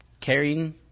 carrying